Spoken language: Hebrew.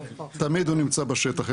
תמיד הוא נמצא בשטח,